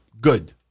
Good